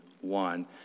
one